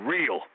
Real